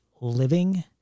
living